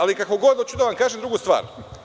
Ali kako god, hoću da vam kažem drugu stvar.